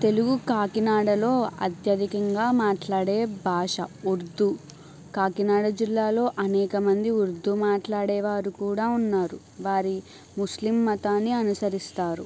తెలుగు కాకినాడలో అత్యధికంగా మాట్లాడే భాష ఉర్దు కాకినాడ జిల్లాలో అనేకమంది ఉర్దు మాట్లాడే వారు కూడా ఉన్నారు వారి ముస్లిం మతాన్ని అనుసరిస్తారు